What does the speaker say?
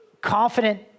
confident